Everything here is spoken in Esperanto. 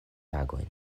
tagojn